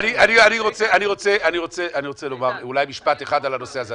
אני רוצה לומר אולי משפט אחד על הנושא הזה.